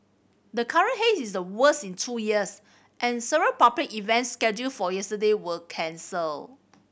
the current haze is the worst in two years and several public events scheduled for yesterday were cancel